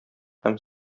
һәм